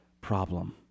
problem